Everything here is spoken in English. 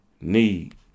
need